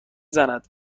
زند